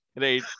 right